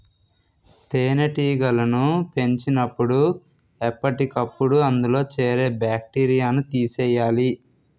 తేనెటీగలను పెంచినపుడు ఎప్పటికప్పుడు అందులో చేరే బాక్టీరియాను తీసియ్యాలి